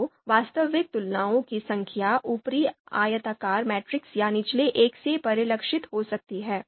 तो वास्तविक तुलनाओं की संख्या ऊपरी आयताकार मैट्रिक्स या निचले एक से परिलक्षित हो सकती है